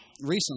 recently